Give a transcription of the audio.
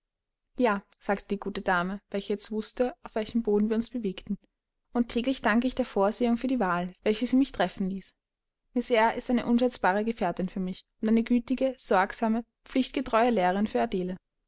ja sagte die gute dame welche jetzt wußte auf welchem boden wir uns bewegten und täglich danke ich der vorsehung für die wahl welche sie mich treffen ließ miß eyre ist eine unschätzbare gefährtin für mich und eine gütige sorgsame pflichtgetreue lehrerin für adele